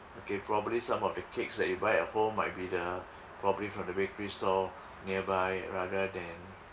okay probably some of the cakes that you buy at home might be the probably from the bakery store nearby rather than